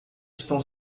estão